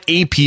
AP